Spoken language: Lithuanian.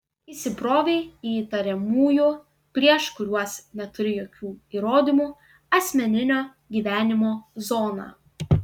įsibrovei į įtariamųjų prieš kuriuos neturi jokių įrodymų asmeninio gyvenimo zoną